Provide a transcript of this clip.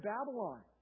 Babylon